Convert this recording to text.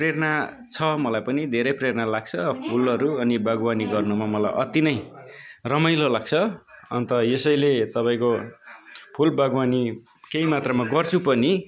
प्रेरणा छ मलाई पनि धेरै प्रेरणा लाग्छ फुलहरू अनि बागवानी गर्नुमा मलाई अति नै रमाइलो लाग्छ अन्त यसैले तपाईँको फुल बागवानी केही मात्रामा गर्छु पनि